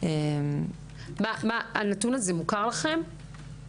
הנתון הזה מוכר לכם?